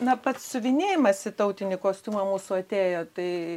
na pats siuvinėjimas į tautinį kostiumą mūsų atėjo tai